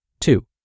Two